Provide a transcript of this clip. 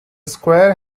square